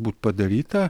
būt padaryta